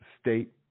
state